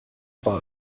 bei